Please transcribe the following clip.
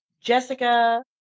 Jessica